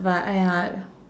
but !aiya!